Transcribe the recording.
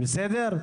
בסדר?